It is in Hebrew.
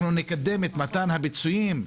אנחנו נקדם את מתן הפיצויים,